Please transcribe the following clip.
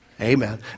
Amen